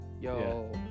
yo